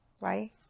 Right